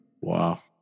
Wow